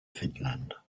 finland